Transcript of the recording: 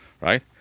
right